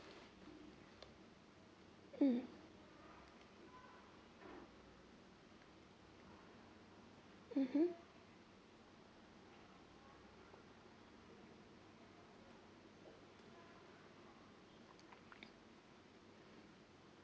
mm mmhmm